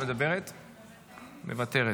מוותרת.